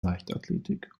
leichtathletik